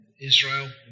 Israel